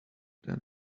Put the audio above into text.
than